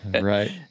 Right